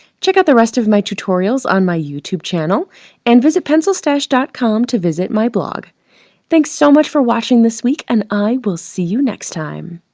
check out the rest of my tutorials on my youtube channel and visit pencil stash column to visit my blog thanks so much for watching this week, and i will see you next time